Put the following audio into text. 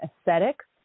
aesthetics